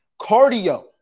Cardio